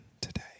today